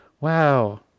wow